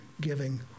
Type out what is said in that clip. giving